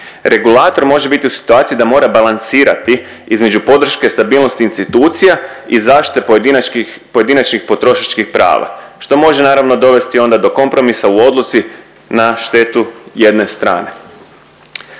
Regulator može biti u situaciji da mora balansirati između podrške stabilnosti institucija i zaštite pojedinačnih potrošačkih prava, što može, naravno dovesti onda do kompromisa u odluci na štetu jedne strane.